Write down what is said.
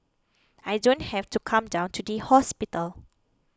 I don't have to come down to the hospital